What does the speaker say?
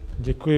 Děkuji.